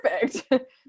perfect